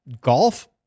Golf